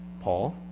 Paul